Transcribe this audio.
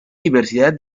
diversidad